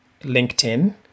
LinkedIn